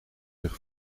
zich